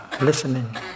listening